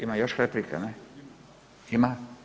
Ima još replika?